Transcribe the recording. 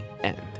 end